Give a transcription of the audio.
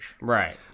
Right